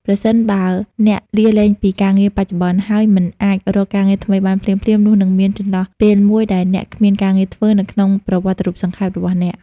ប្រសិនបើអ្នកលាលែងពីការងារបច្ចុប្បន្ន ហើយមិនអាចរកការងារថ្មីបានភ្លាមៗ នោះនឹងមាន ចន្លោះពេលមួយដែលអ្នកគ្មានការងារធ្វើ នៅក្នុងប្រវត្តិរូបសង្ខេបរបស់អ្នក។